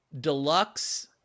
deluxe